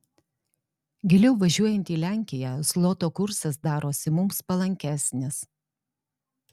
giliau važiuojant į lenkiją zloto kursas darosi mums palankesnis